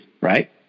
right